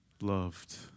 Loved